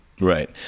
Right